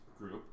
Group